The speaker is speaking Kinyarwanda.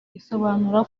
isobanura